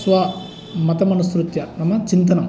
स्वमतमनुसृत्य नाम चिन्तनं